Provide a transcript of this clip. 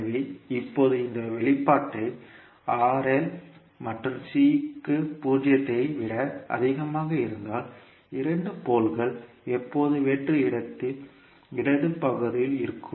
எனவே இப்போது இந்த வெளிப்பாட்டை r l மற்றும் c க்கு பூஜ்ஜியத்தை விட அதிகமாக இருந்தால் இரண்டு போல்கள் எப்போதும் வெற்று இடது பாதியில் இருக்கும்